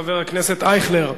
חבר הכנסת אייכלר,